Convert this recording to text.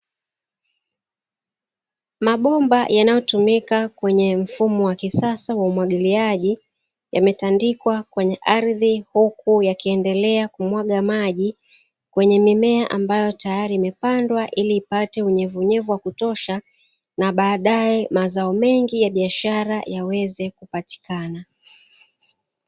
Mabomba yanayotumika kwenye mfumo wa kisasa wa umwagiliaji, yametandikwa kwenye ardhi. Huku yakiendelea kumwaga maji kwenye mimea ambayo tayari imepandwa, ili ipate unyevunyevu wa kutosha na baadaye mazao mengi ya biashara yaweze kupatikana.